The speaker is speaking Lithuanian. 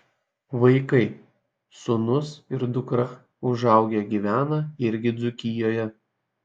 vaikai sūnus ir dukra užaugę gyvena irgi dzūkijoje